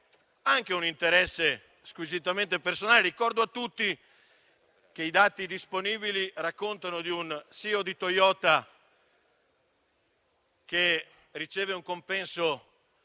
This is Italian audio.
anche un interesse squisitamente personale. Ricordo a tutti che i dati disponibili raccontano di un CEO di Toyota che riceve un compenso